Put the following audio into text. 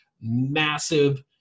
massive